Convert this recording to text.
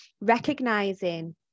recognizing